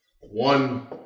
One